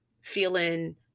Feeling